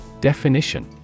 Definition